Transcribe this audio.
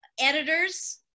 Editors